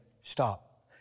stop